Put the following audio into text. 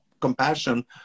compassion